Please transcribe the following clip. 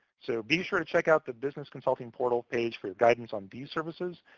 so be sure to check out the business consulting portal page for guidance on these services,